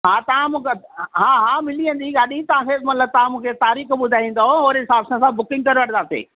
हा तव्हां मूंखे हा हा मिली वेंदी गाॾी तव्हांखे मतिलबु तव्हां मूंखे तारीख़ ॿुधाईंदव ओहिड़े हिसाब सां असां बुकिंग करे वठदांसीं